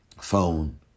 phone